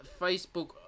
Facebook